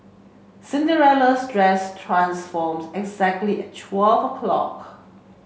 Cinderella's dress transformed exactly at twelve o'clock